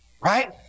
Right